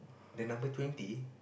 the number twenty